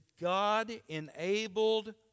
God-enabled